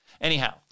Anyhow